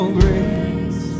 grace